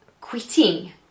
quitting